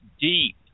deep